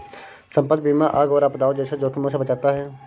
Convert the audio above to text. संपत्ति बीमा आग और आपदाओं जैसे जोखिमों से बचाता है